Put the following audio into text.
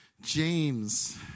James